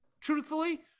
truthfully